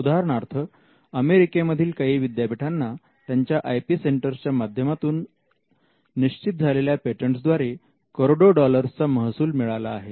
उदाहरणार्थ अमेरिकेमधील काही विद्यापीठांना त्यांच्या आय पी सेंटरच्या माध्यमातून निश्चित झालेल्या पेटंटस द्वारे करोडो डॉलर्सचा महसूल मिळाला आहे